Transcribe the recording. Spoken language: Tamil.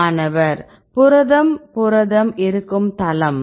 மாணவர் புரதம் புரதம் இருக்கும் தளம்